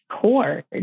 cord